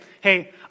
hey